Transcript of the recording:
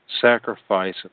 Sacrifice